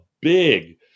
big